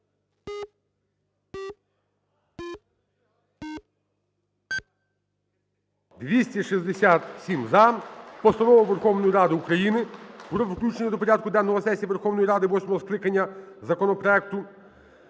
За-267 Постанова Верховної Ради України про включення до порядку денного сесії Верховної Ради України восьмого скликання законопроекту